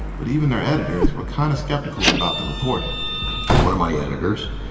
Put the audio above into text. but even their editors were kind of skeptical about the reporting one of my editors